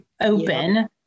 open